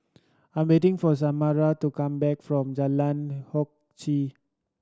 I'm waiting for Samara to come back from Jalan Hock Chye